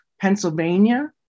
Pennsylvania